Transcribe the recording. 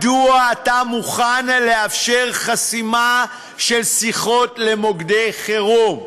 מדוע אתה מוכן לאפשר חסימה של שיחות למוקדי חירום?